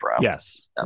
Yes